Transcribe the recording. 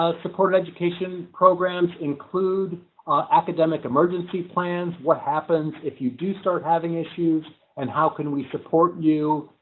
ah support education programs include academic emergency plans what happens if you do start having issues, and how can we support you?